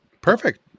Perfect